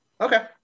okay